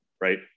right